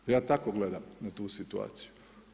Ja tako gledam na tu situaciju.